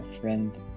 friend